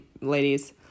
ladies